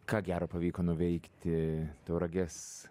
ką gero pavyko nuveikti tauragės